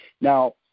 Now